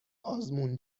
آزمون